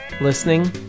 listening